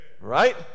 Right